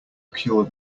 cure